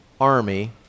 army